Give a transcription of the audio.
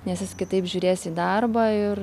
nes jis kitaip žiūrės į darbą ir